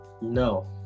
No